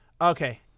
Okay